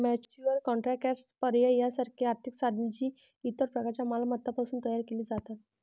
futures contracts, पर्याय यासारखी आर्थिक साधने, जी इतर प्रकारच्या मालमत्तांपासून तयार केली जातात